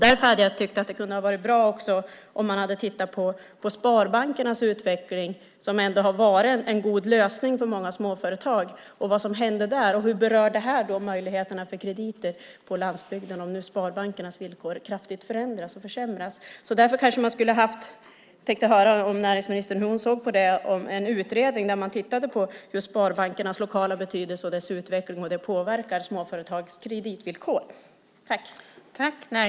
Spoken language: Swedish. Därför tycker jag att det kunde ha varit bra att också titta på sparbankernas utveckling - de har ändå varit en god lösning för många småföretag - alltså på vad som händer där och på hur möjligheterna för krediter på landsbygden berörs om nu sparbankernas villkor kraftigt förändras och försämras. Jag tänkte höra hur näringsministern ser på en utredning där man tittar på sparbankernas lokala betydelse och deras utveckling och hur det påverkar småföretags kreditvillkor.